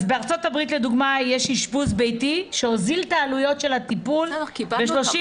בארצות הברית לדוגמה יש אשפוז ביתי שהוזיל את עלויות הטיפול ב-32%